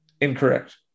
Incorrect